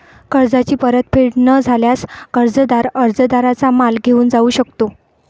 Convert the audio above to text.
कर्जाची परतफेड न झाल्यास, कर्जदार कर्जदाराचा माल घेऊन जाऊ शकतो